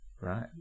Right